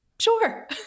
sure